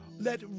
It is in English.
let